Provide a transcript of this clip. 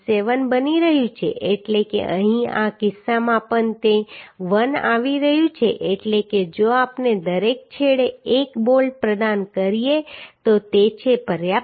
7 બની રહ્યું છે એટલે કે અહીં આ કિસ્સામાં પણ તે 1 આવી રહ્યું છે એટલે કે જો આપણે દરેક છેડે એક બોલ્ટ પ્રદાન કરીએ તો તે છે પર્યાપ્ત